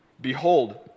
Behold